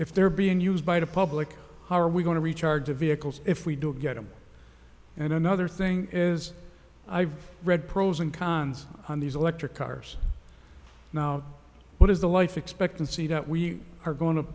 if they're being used by the public how are we going to recharge the vehicles if we don't get them and another thing is i've read pros and cons on these electric cars now what is the life expectancy that we are going to